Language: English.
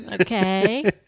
Okay